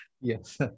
Yes